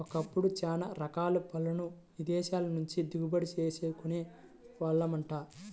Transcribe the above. ఒకప్పుడు చానా రకాల పళ్ళను ఇదేశాల నుంచే దిగుమతి చేసుకునే వాళ్ళమంట